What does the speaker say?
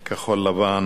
כחול-לבן.